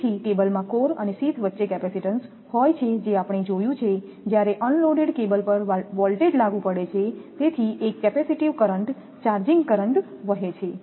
તેથી કેબલમાં કોર અને શીથ વચ્ચે કેપેસિટીન્સ હોય છે જે આપણે જોયું છે જ્યારે અનલોડેડ કેબલ પર વોલ્ટેજ લાગુ પડે છે જેથી એક કેપેસિટીવ કરંટ ચાર્જિંગ કરંટ વહે છે